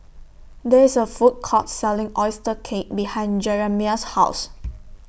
There IS A Food Court Selling Oyster Cake behind Jeramiah's House